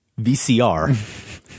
VCR